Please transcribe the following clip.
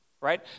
right